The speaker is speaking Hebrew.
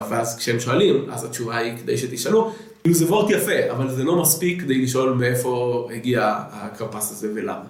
ואז כשהם שואלים, אז התשובה היא כדי שתשאלו אם זה וורט יפה, אבל זה לא מספיק כדי לשאול מאיפה הגיע הכרפס הזה ולמה